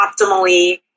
optimally